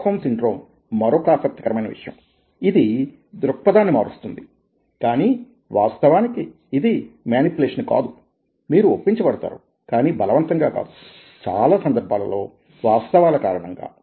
stock home syndrome మరొక ఆసక్తికరమైన విషయం ఇది దృక్పధాన్ని మారుస్తుంది కానీ వాస్తవానికి ఇది మేనిప్యులేషన్కాదు మీరు ఒప్పించబడతారు కానీ బలవంతంగా కాదు చాలా సందర్భాలలో వాస్తవాల కారణంగా